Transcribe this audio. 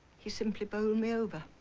he simply bowled me over.